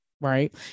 right